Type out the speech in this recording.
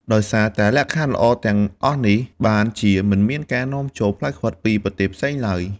ដោយសារតែលក្ខខណ្ឌល្អទាំងអស់នេះ បានជាមិនមានការនាំចូលផ្លែខ្វិតពីប្រទេសផ្សេងឡើយ។